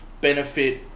benefit